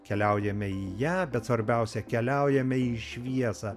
keliaujame į ją bet svarbiausia keliaujame į šviesą